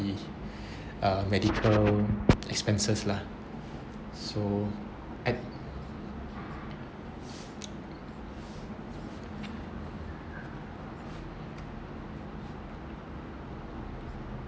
uh medical expenses lah so I